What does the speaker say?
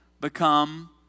become